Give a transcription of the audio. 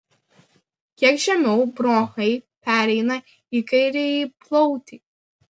kiek žemiau bronchai pereina į kairįjį plautį